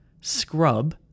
scrub